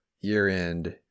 year-end